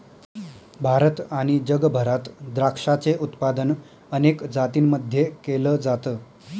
भारत आणि जगभरात द्राक्षाचे उत्पादन अनेक जातींमध्ये केल जात